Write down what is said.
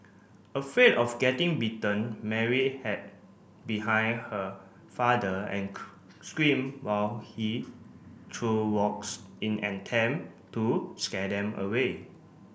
afraid of getting bitten Mary hid behind her father and scream while he threw rocks in an attempt to scare them away